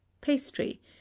pastry